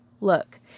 Look